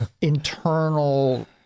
internal